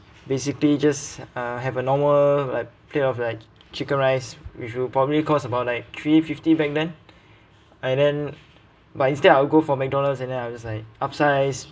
basically just uh have a normal like plate off like chicken rice which will probably cost about like three fifty back then I then but instead I will go for mcdonald's and then I'll just like upsize